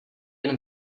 jen